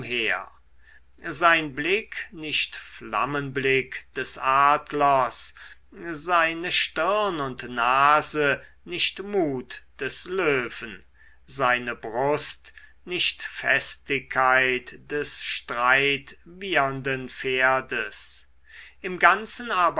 sein blick nicht flammenblick des adlers seine stirn und nase nicht mut des löwen seine brust nicht festigkeit des streit wiehernden pferdes im ganzen